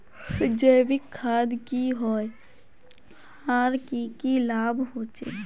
जैविक खाद की होय आर की की लाभ होचे?